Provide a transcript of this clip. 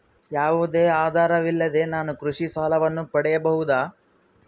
ಯಾವುದೇ ಆಧಾರವಿಲ್ಲದೆ ನಾನು ಕೃಷಿ ಸಾಲವನ್ನು ಪಡೆಯಬಹುದಾ?